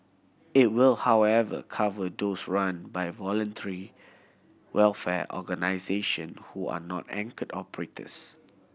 it will however cover those run by voluntary welfare organisation who are not anchored operators